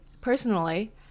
personally